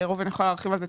ראובן יוכל להרחיב על זה.